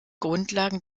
grundlagen